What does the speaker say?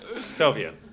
Sylvia